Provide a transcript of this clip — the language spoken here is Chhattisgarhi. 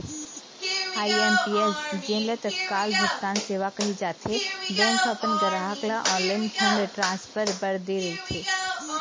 आई.एम.पी.एस जेन ल तत्काल भुगतान सेवा कहे जाथे, बैंक ह अपन गराहक ल ऑनलाईन फंड ट्रांसफर बर दे रहिथे